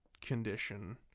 condition